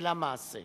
למה לא מגיש את זה?